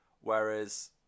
Whereas